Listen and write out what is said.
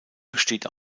besteht